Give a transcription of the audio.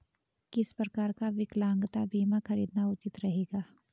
किस प्रकार का विकलांगता बीमा खरीदना उचित रहेगा?